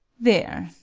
there!